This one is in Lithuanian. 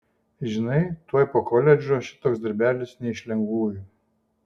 žinai tuoj po koledžo šitoks darbelis ne iš lengvųjų